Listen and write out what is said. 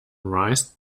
raised